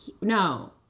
no